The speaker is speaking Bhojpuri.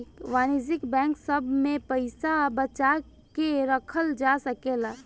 वाणिज्यिक बैंक सभ में पइसा बचा के रखल जा सकेला